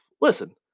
Listen